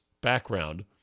background